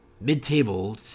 mid-table